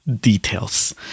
details